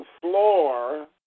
floor